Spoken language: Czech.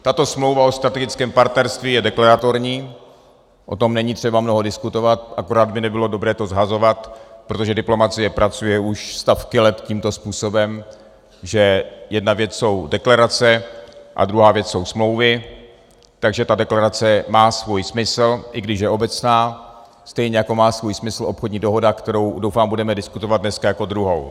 Tato smlouva o strategickém partnerství je deklaratorní, o tom není třeba mnoho diskutovat, akorát by nebylo dobré to shazovat, protože diplomacie pracuje už stovky let tímto způsobem, že jedna věc jsou deklarace a druhá věc jsou smlouvy, takže ta deklarace má svůj smysl, i když je obecná, stejně jako má svůj smysl obchodní dohoda, kterou doufám budeme diskutovat dneska jako druhou.